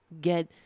get